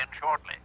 shortly